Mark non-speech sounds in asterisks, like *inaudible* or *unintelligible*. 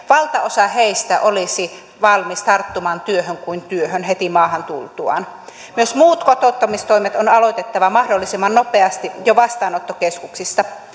*unintelligible* valtaosa heistä olisi valmis tarttumaan työhön kuin työhön heti maahan tultuaan myös muut kotouttamistoimet on aloitettava mahdollisimman nopeasti jo vastaanottokeskuksissa *unintelligible*